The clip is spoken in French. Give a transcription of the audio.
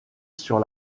sur